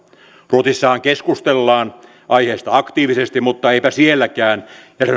ruotsissahan keskustellaan aiheesta aktiivisesti mutta eipä sielläkään jäsenyyden